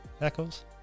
echoes